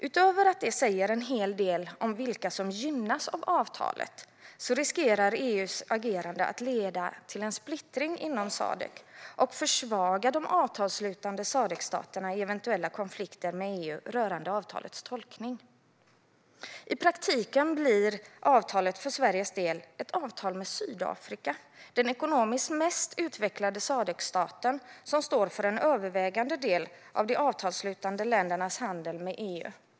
Förutom att det säger en del om vilka som gynnas av avtalet riskerar EU:s agerande att leda till splittring inom Sadc och försvaga de avtalsslutande Sadc-staterna i eventuella konflikter med EU rörande avtalets tolkning. I praktiken blir avtalet för Sveriges del ett avtal med Sydafrika, den ekonomiskt mest utvecklade Sadc-staten, som står för en övervägande del av de avtalsslutande ländernas handel med EU.